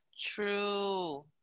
True